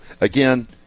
again